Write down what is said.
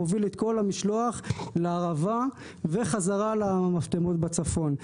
מוביל את כל המשלוח לערבה וחזרה למפטמות בצפון,